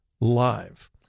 Live